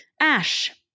Ash